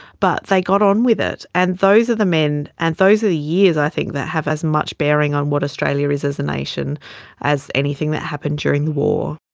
but they got on with it. and those are the men and those are the years i think that have as much bearing on what australia is as a nation as anything that happened during the war.